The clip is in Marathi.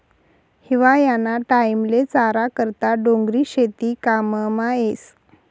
हिवायाना टाईमले चारा करता डोंगरी शेती काममा येस